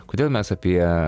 kodėl mes apie